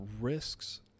risks